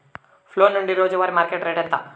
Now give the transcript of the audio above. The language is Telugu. ఫోన్ల నుండి రోజు వారి మార్కెట్ రేటు ఎంత?